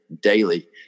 daily